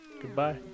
Goodbye